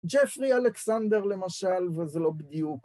ג'פרי אלכסנדר, למשל, וזה לא בדיוק.